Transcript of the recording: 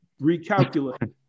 recalculate